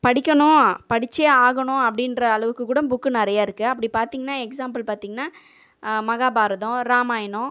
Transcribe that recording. படிக்கணும் படித்தே ஆகணும் அப்படின்ற அளவுக்குக் கூட புக்கு நிறைய இருக்குது அப்படி பார்த்திங்கன்னா எக்ஸாம்பிள் பார்த்திங்கன்னா மஹாபாரதம் ராமாயணம்